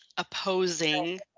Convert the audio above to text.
Opposing